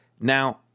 Now